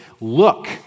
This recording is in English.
look